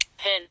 Pin